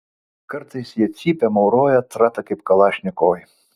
kartais jie cypia mauroja trata kaip kalašnikovai